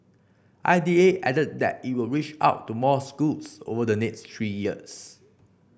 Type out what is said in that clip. I D A added that it will reach out to more schools over the next three years